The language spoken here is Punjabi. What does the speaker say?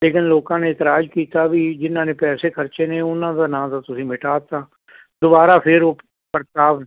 ਲੇਕਿਨ ਲੋਕਾਂ ਨੇ ਇਤਰਾਜ ਕੀਤਾ ਵੀ ਜਿਹਨਾਂ ਨੇ ਪੈਸੇ ਖਰਚੇ ਨੇ ਉਹਨਾਂ ਦਾ ਨਾਂ ਤਾਂ ਤੁਸੀਂ ਮਿਟਾ ਤਾ ਦੁਬਾਰਾ ਫਿਰ ਉਹ ਪ੍ਰਤਾਪ